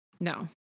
No